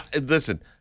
listen